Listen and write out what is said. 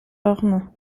orne